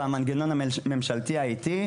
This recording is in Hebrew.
והמנגנון הממשלתי האיטי,